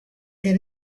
get